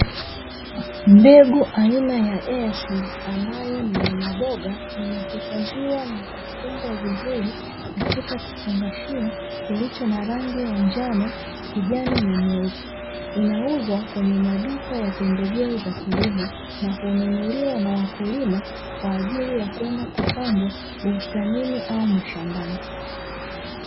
Aina ya ''EA seed'' ni ya maboga imehifadhiwa na kufungwa vizuri, Katika kifungashio kilicho na rangi ya njano, kijani nya nyeupe inauzwa kwenye maduka ya pembejeo za kilimo na ununuliwa na wakulima kwa ajili ya kwenda kupandwa bustanini au mashambani.